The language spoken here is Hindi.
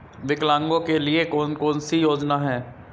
विकलांगों के लिए कौन कौनसी योजना है?